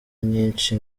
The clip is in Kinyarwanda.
nyinshi